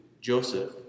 Joseph